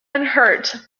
unhurt